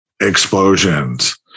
explosions